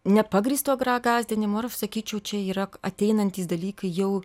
nepagrįsto gąsdinimo ir aš sakyčiau čia yra ateinantys dalykai jau